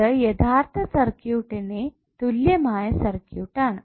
ഇത് യഥാർത്ഥ സർക്യൂട്ട്ന്റെ തുല്യമായ സർക്യൂട്ടാണ്